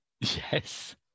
Yes